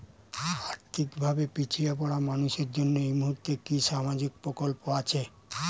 আর্থিক ভাবে পিছিয়ে পড়া মানুষের জন্য এই মুহূর্তে কি কি সামাজিক প্রকল্প আছে?